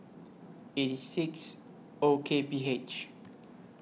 eighty six O K P H